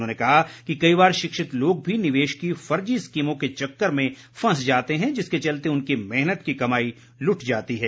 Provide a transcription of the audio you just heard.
उन्होंने कहा कि कई बार शिक्षित लोग भी निवेश की फर्जी स्कीमों के चक्कर में फंस जाते हैं जिसके चलते उनकी मेहनत की कमाई लुट जाती है